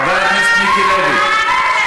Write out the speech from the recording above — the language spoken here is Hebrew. חבר הכנסת מיקי לוי,